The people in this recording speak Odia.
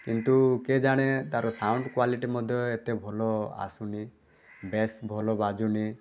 କିନ୍ତୁ କିଏ ଜାଣେ ତାର ସାଉଣ୍ଡ୍ କ୍ଵାଲିଟି ମଧ୍ୟ ଏତେ ଭଲ ଆସୁନି ବେସ୍ ଭଲ ବାଜୁନି